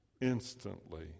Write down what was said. Instantly